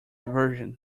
version